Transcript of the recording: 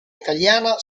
italiana